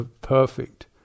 perfect